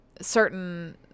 certain